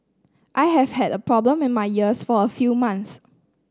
I have had a problem in my ears for a few months